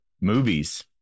movies